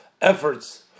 efforts